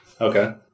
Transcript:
Okay